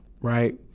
right